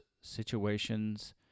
situations